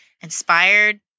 inspired